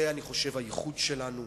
זה, אני חושב, הייחוד שלנו.